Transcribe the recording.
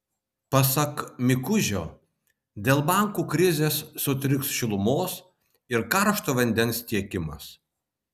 pasak mikužio dėl bankų krizės sutriks šilumos ir karšto vandens tiekimas